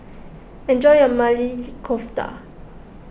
enjoy your Maili Kofta